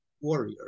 warrior